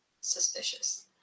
suspicious